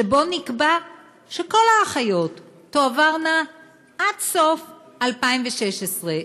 שבו נקבע שכל האחיות תועברנה עד סוף 2016,